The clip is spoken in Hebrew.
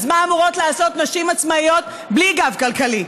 אז מה אמורות לעשות נשים עצמאיות בלי גב כלכלי?